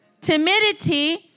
timidity